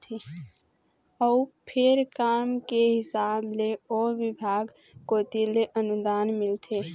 अउ फेर काम के हिसाब ले ओ बिभाग कोती ले अनुदान मिलथे